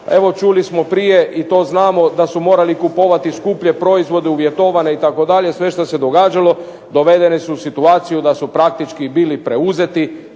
evo čuli smo prije i to znamo da su morali kupovati skuplje proizvode uvjetovane itd., sve što se događalo, dovedene su u situaciju da su praktički bili preuzeti,